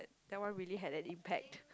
that one really had an impact